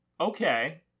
Okay